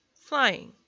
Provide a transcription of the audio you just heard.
Flying